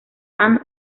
ann